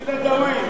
בשביל הדאווין.